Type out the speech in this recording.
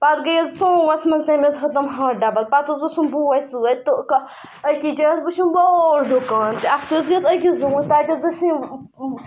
پَتہٕ گٔیَس سوموَس منٛز تیٚمۍ حظ ہیٚوتنَم ہَتھ ڈَبَل پَتہٕ حظ اوسُم بوے سۭتۍ تہٕ أکس جاے حظ وُچھُم بوٚڑ دُکان تہٕ اَکھتُے حظ دِژ أکِس دۄن تَتہِ حظ ٲس یہِ